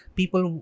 people